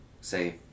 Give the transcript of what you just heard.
say